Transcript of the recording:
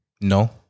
no